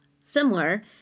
similar